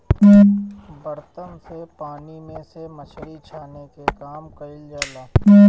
बर्तन से पानी में से मछरी छाने के काम कईल जाला